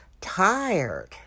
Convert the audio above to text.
tired